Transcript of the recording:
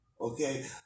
okay